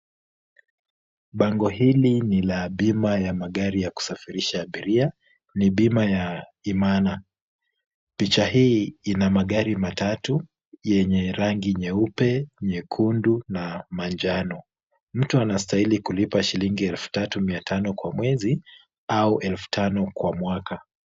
Bango hili ni la bima ya magari ya kusafirisha abiria, ni bima ya Imana. Picha hii ina magari matatu yenye rangi nyeupe, nyekundu na manjano. Mtu anastahili kulipa shilingi elfu tatu mia tano kwa mwezi au elfu tano kwa mwaka.